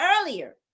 earlier